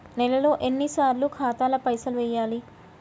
నెలలో ఎన్నిసార్లు ఖాతాల పైసలు వెయ్యాలి?